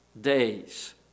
days